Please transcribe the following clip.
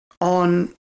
on